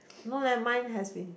no leh mine has been